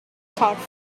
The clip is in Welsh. corff